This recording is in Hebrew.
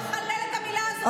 אתה מחלל את המילה הזו.